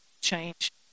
change